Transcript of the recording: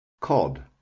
Cod